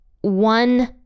one